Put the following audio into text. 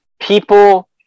People